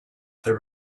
there